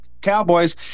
Cowboys